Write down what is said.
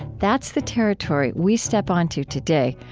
that's the territory we step onto today,